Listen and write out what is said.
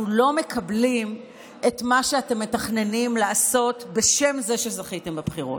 אנחנו לא מקבלים את מה שאתם מתכננים לעשות בשם זה שזכיתם בבחירות.